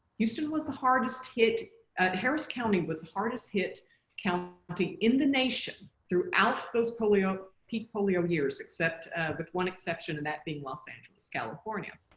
houston was the hardest hit ah harris county was hardest hit county but in the nation throughout those polio peek polio years except with one exception in that being los angeles, california.